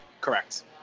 Correct